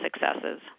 successes